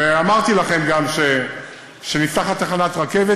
אמרתי לכם גם שנפתחת תחנת רכבת,